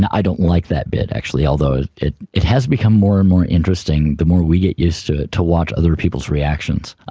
i don't like that bit actually, although it it it has become more and more interesting, the more we get used to it, to watch other people's reactions.